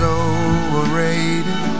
overrated